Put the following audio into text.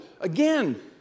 Again